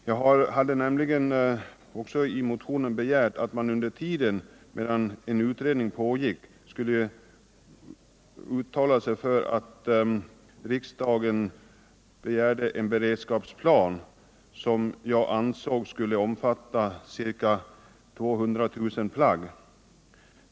Jag hade nämligen också i motionen föreslagit att riksdagen redan under utredningstiden skulle begära en beredskapsplan som jag ansåg borde omfatta ca 200 000 plagg.